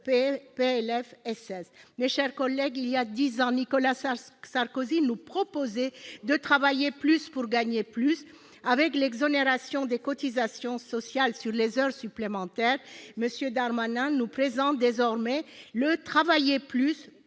Mes chers collègues, il y a dix ans, Nicolas Sarkozy nous proposait de travailler plus pour gagner plus. Bonne référence ! Avec l'exonération des cotisations sociales sur les heures supplémentaires, M. Darmanin nous présente désormais « le travailler plus